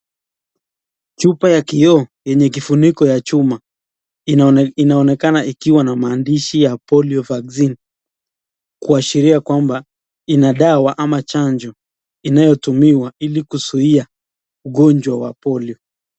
Chupa ya kioo yenye kifuniko ya chuma. Inaonekana ikiwa na maandishi ya Polio Vaccine , kuashiria kwamba ina dawa ama chanjo inayotumiwa ili kuzuia ugonjwa wa polio.